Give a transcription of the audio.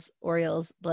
Orioles